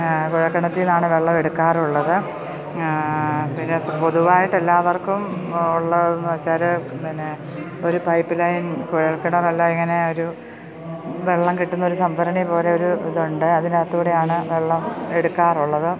കുഴൽക്കിണറ്റില് നിന്നാണ് വെള്ളമെടുക്കാറുള്ളത് പിന്നെ പൊതുവായിട്ട് എല്ലാവർക്കുമുള്ളതെന്ന് വെച്ചാല്പ്പിന്നെ ഒരു പൈപ്പ് ലൈൻ കുഴൽക്കിണറല്ല ഇങ്ങനെയൊരു വെള്ളം കിട്ടുന്നൊരു സംഭരണി പോലെ ഒരിതുണ്ട് അതിനകത്തുകൂടെയാണ് വെള്ളമെടുക്കാറുള്ളത്